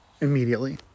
immediately